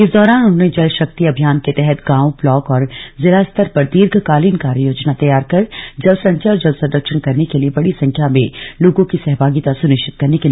इस दौरान उन्होंने जल शक्ति अभियान के तहत गांव ब्लॉक और जिला स्तर पर दीर्घ कालीन कार्य योजना तैयार कर जल संचय और जल संरक्षण करने के लिए बड़ी संख्या में लोगों की सहभागिता सुनिश्चित करने के निर्देश दिए